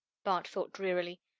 bart thought drearily.